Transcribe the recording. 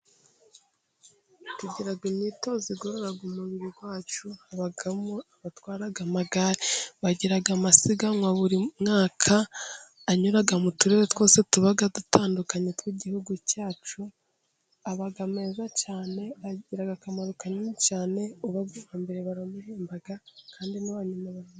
Tugira imyitozo igororara umubiri wacu, habamo abatwara amagare bagira amasiganwa buri mwaka anyura mu turere twose tuba dutandukanye tw'igihugu cyacu, aba meza cyane, agira akamaro kanini cyane, ubaye uwa mbere baramuhemba kandi n'uwayuma baka...